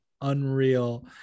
unreal